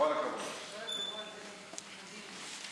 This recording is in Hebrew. חבל שאתה בישראל ביתנו.